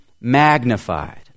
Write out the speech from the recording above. magnified